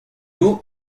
eau